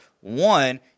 one